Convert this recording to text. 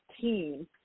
team